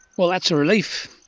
well, that's a relief.